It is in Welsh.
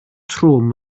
trwm